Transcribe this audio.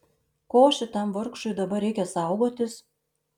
ko šitam vargšui dabar reikia saugotis